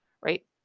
right